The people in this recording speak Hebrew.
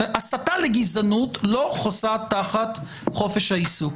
הסתה לגזענות לא חוסה תחת חופש הביטוי.